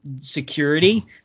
security